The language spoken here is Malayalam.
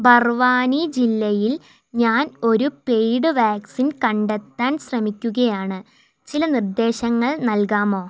ബർവാനി ജില്ലയിൽ ഞാൻ ഒരു പെയ്ഡ് വാക്സിൻ കണ്ടെത്താൻ ശ്രമിക്കുകയാണ് ചില നിർദ്ദേശങ്ങൾ നൽകാമോ